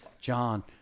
John